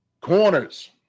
Corners